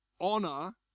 honor